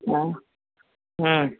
മ്മ് മ്മ്